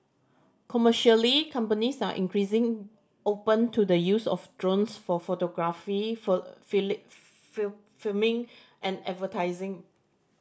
commercially companies are increasing open to the use of drones for photography filming and advertising